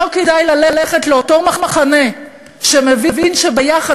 לא כדאי ללכת לאותו מחנה שמבין שביחד